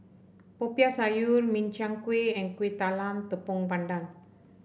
Popiah Sayur Min Chiang Kueh and Kueh Talam Tepong Pandan